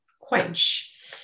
quench